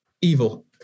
Evil